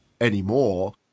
anymore